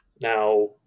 Now